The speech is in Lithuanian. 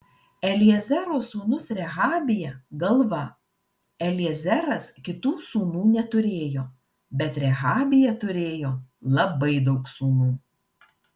eliezero sūnus rehabija galva eliezeras kitų sūnų neturėjo bet rehabija turėjo labai daug sūnų